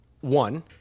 One